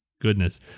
goodness